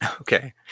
Okay